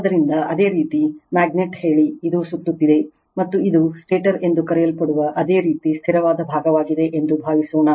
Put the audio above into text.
ಆದ್ದರಿಂದ ಅದೇ ರೀತಿ ಮ್ಯಾಗ್ನೆಟ್ ಹೇಳಿ ಅದು ಸುತ್ತುತ್ತಿದೆ ಮತ್ತು ಅದು ಸ್ಟೇಟರ್ ಎಂದು ಕರೆಯಲ್ಪಡುವ ಅದೇ ರೀತಿ ಸ್ಥಿರವಾದ ಭಾಗವಾಗಿದೆ ಎಂದು ಭಾವಿಸೋಣ